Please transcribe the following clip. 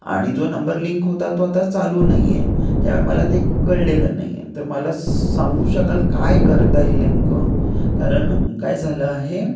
आणि जो number link होता तो आता चालू नाही आहे त्यामुळे मला ते कळलेलं नाही आहे तर मला सांगू शकाल काय करता येईल नेमकं कारण काय झालं आहे